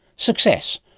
success.